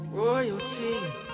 royalty